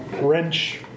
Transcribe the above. wrench